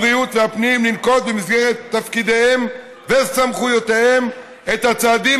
הבריאות והפנים לנקוט במסגרת תפקידיהם וסמכויותיהם את הצעדים